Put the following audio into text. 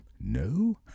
no